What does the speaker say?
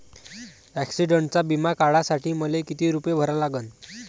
ॲक्सिडंटचा बिमा काढा साठी मले किती रूपे भरा लागन?